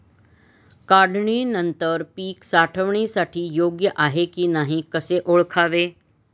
काढणी नंतर पीक साठवणीसाठी योग्य आहे की नाही कसे ओळखावे?